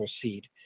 proceed